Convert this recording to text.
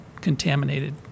contaminated